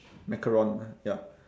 macaron yup